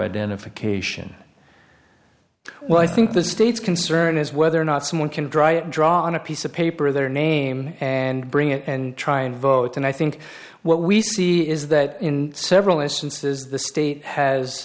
identification well i think the state's concern is whether or not someone can draw it draw on a piece of paper their name and bring it and try and vote and i think what we see is that in several instances the state has